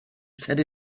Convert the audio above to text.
set